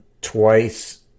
twice